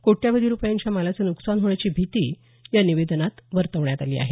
कोट्यावधी रुपयांच्या मालाचं नुकसान होण्याची भीती या निवेदनात वर्तवण्यात आली आहे